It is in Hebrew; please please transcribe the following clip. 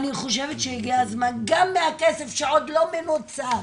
אני חושבת שהגיע הזמן גם מהכסף שעוד לא מנוצל,